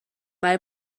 برای